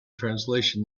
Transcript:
translation